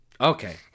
Okay